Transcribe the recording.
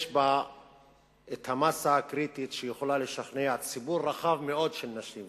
יש בה המאסה הקריטית שיכולה לשכנע ציבור רחב מאוד של נשים,